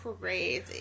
Crazy